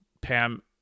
Pam